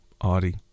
Audi